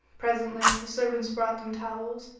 presently, the servants brought them towels,